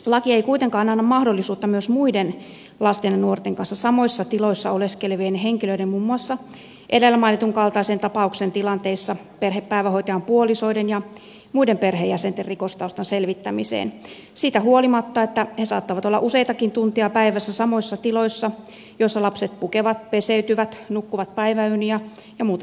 laki ei kuitenkaan anna mahdollisuutta myös muiden lasten ja nuorten kanssa samoissa tiloissa oleskelevien henkilöiden muun muassa edellä mainitun kaltaisen tapauksen tilanteissa perhepäivähoitajan puolisoiden ja muiden perheenjäsenten rikostaustan selvittämiseen siitä huolimatta että he saattavat olla useitakin tunteja päivässä samoissa tiloissa joissa lapset pukevat peseytyvät nukkuvat päiväunia ja muuta sellaista